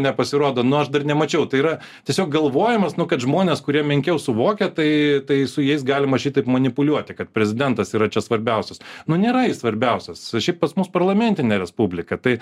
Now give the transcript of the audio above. nepasirodo na aš dar nemačiau tai yra tiesiog galvojimas nu kad žmonės kurie menkiau suvokia tai tai su jais galima šitaip manipuliuoti kad prezidentas yra čia svarbiausias nu nėra jis svarbiausias šiaip pas mus parlamentinė respublika tai